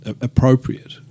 appropriate